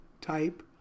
type